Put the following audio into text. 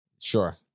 sure